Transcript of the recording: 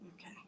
Okay